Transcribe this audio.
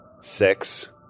Six